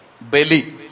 Belly